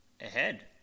ahead